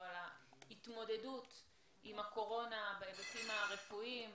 על ההתמודדות עם הקורונה בהיבטים הרפואיים,